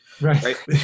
Right